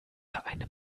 eine